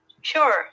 Sure